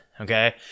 Okay